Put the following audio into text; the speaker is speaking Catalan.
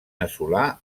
assolar